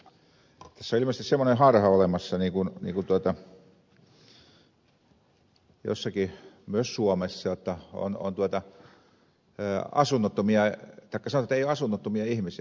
tässä on ilmeisesti semmoinen harha olemassa niin kuin jossakin myös suomessa jotta on asunnottomia taikka sanotaan että ei ole asunnottomia ihmisiä